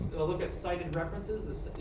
look cited references.